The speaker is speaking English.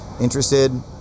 interested